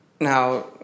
now